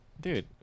dude